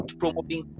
promoting